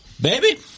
baby